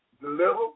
deliver